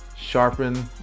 Sharpen